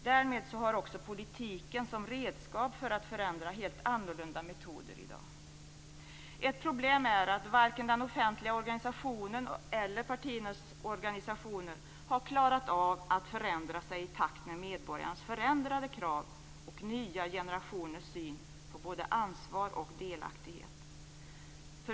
Därmed har också politiken som redskap för att förändra helt andra metoder i dag. Ett problem är att varken den offentliga organisationen eller partiernas organisationer har klarat av att förändra sig i takt med medborgarnas förändrade krav och nya generationers syn på både ansvar och delaktighet.